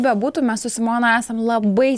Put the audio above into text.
bebūtų mes su simona esam labai